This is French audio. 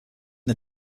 n’a